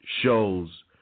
shows